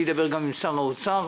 אני אדבר גם אם שר האוצר.